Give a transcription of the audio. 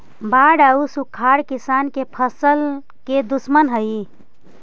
बाढ़ आउ सुखाड़ किसान के फसल के दुश्मन हइ